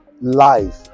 life